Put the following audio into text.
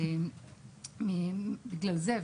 אבל בגלל זה,